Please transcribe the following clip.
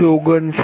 001159